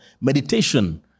Meditation